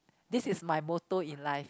this is my moto in life